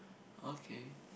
okay